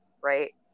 right